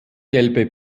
gelbe